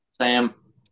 Sam